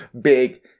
big